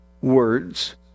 words